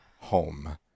home